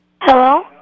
Hello